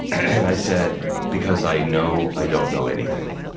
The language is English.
and i said, because i know i don't know anything.